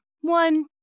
one